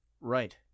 Right